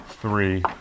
three